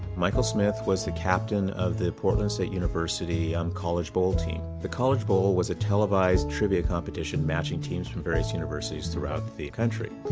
michael smith was the captain of the portland state university um college bowl team. the college bowl was a televised trivia competition matching teams from various universities throughout the country.